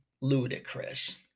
ludicrous